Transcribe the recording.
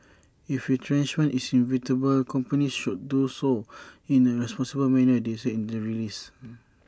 if retrenchment is inevitable companies should do so in A responsible manner they said in the release